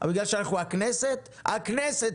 הוא אומר לחשב 50%